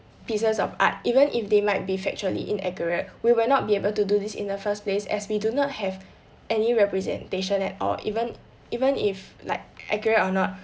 pieces of art even if they might be factually inaccurate we will not be able to do this in the first place as we do not have any representation at all even even if like accurate or not